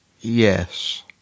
Yes